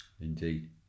indeed